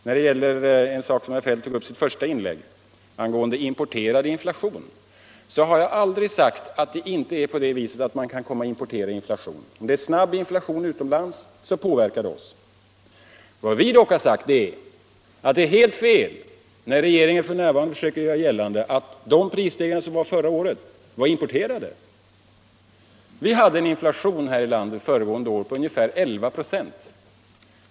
När det gäller en sak som herr Feldt tog upp i sitt första inlägg angående importerad inflation så har jag aldrig sagt att man inte kan komma att importera inflation. Om det är snabb inflation utomlands påverkar det oss. Vad jag har sagt är att det är helt fel när regeringen f. n. söker göra gällande att de prisstegringar som kom förra året var importerade. Vi hade en inflation här i landet föregående år på ungefär 11 96.